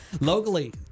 Locally